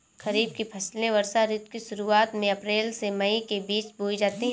खरीफ की फसलें वर्षा ऋतु की शुरुआत में अप्रैल से मई के बीच बोई जाती हैं